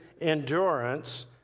endurance